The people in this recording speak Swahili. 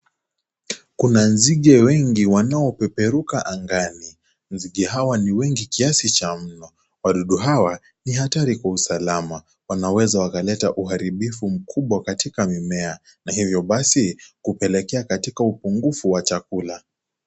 Kuna nzige wengi wanaopeperuka angani, nzige hawa ni wengi kiasi cha mno. Wadudu hawa ni hatari kwa usalama wanaweza wakaletea uharibifu mkubwa katika mimea na hivo basi kupelekea katika upungufu wa chakula.